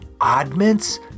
Oddments